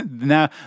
Now